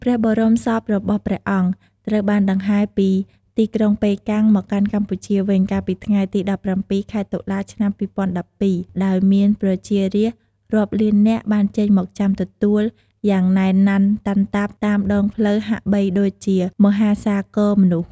ព្រះបរមសពរបស់ព្រះអង្គត្រូវបានដង្ហែពីទីក្រុងប៉េកាំងមកកាន់កម្ពុជាវិញ កាលពីថ្ងៃទី ១៧ ខែ តុលា ឆ្នាំ ២០១២ ដោយមានប្រជារាស្ត្ររាប់លាននាក់បានចេញមកចាំទទួលទទួលយ៉ាងណែនណាន់តាន់តាប់តាមដងផ្លូវហាក់បីដូចជាមហាសាគរមនុស្ស។